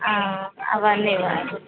అవన్నివ్వండి